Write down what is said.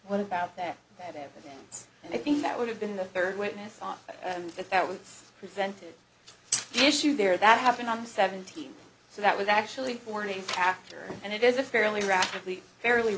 what about that they have evidence and i think that would have been the third witness on and if that was presented the issue there that happened on the seventeenth so that was actually morning after and it is a fairly rapidly fairly